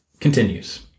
continues